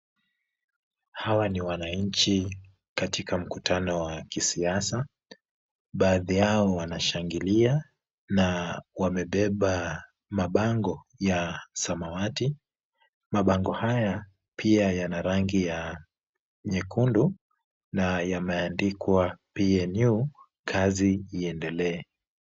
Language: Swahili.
Hawa ni wananchi katika mkutano wa kisiasa. Baadhi yao wanashangilia na wamebeba mabango ya samawati. Mabango haya pia yana rangi ya nyekundu na yameandikwa PNU, kazi iendelee.